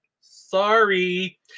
Sorry